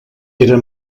era